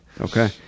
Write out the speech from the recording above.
Okay